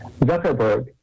Zuckerberg